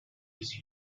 was